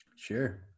sure